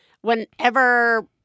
whenever